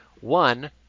One